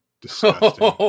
Disgusting